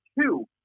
Two